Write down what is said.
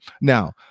now